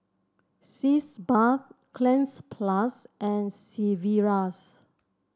Sitz Bath Cleanz Plus and Sigvaris